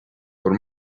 raibh